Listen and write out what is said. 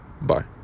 Bye